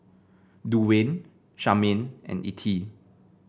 Duwayne Charmaine and Ettie